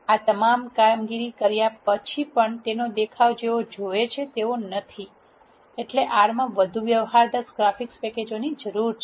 આ તમામ કામગીરી કર્યા પછી પણ તેનો દેખાવ જેવો જોવે છે તેવો નથી એટલે R માં વધુ વ્યવહારદક્ષ ગ્રાફિક્સ પેકેજોની જરૂર છે